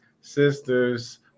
sisters